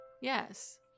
Yes